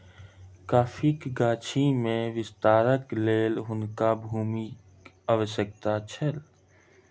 कॉफ़ीक गाछी में विस्तारक लेल हुनका भूमिक आवश्यकता छल